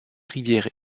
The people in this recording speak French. rivière